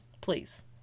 Please